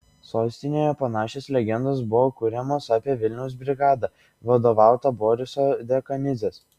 sostinėje panašios legendos buvo kuriamos apie vilniaus brigadą vadovautą boriso dekanidzės